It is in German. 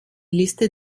liste